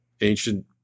ancient